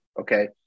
okay